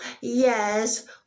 yes